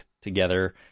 together